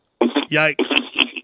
Yikes